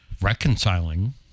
Reconciling